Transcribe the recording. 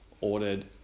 ordered